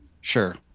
Sure